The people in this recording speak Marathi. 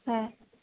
हां